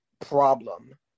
problem